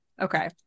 okay